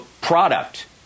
product